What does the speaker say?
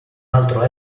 altro